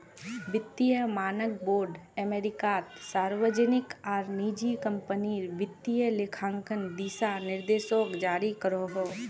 वित्तिय मानक बोर्ड अमेरिकात सार्वजनिक आर निजी क्म्पनीर वित्तिय लेखांकन दिशा निर्देशोक जारी करोहो